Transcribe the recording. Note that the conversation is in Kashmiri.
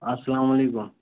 اَسلامُ علیکُم